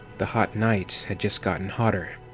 the hot night had just gotten hotter.